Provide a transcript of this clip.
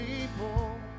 people